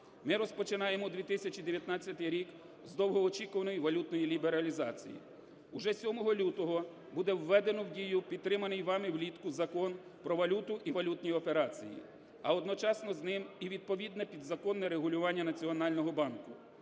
Ми розпочинаємо 2019 рік з довгоочікуваної валютної лібералізації. Уже з 7 лютого буде введено в дію підтриманий вами влітку Закон "Про валюту і валютні операції, а одночасно з ним і відповідне підзаконне регулювання Національного банку.